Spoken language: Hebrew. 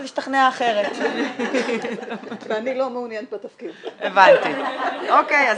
אה, אוקיי.